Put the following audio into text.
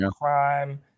crime